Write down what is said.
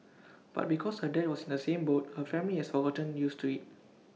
but because her dad was in the same boat her family has gotten used to IT